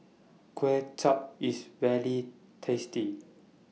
Kway Chap IS very tasty